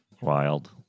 Wild